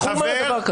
איך הוא אומר דבר כזה?